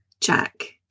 Jack